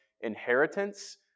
inheritance